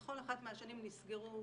בכל אחת מהשנים נסגרו: